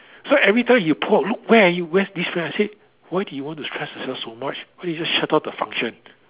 so everytime you poor look where are you where's this where I said why do you want to stress yourself so much why you just shut down the function